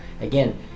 Again